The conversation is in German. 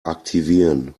aktivieren